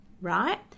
right